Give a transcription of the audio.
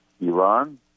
Iran